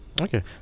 okay